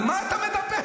על מה אתה מדבר?